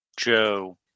joe